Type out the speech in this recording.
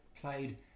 played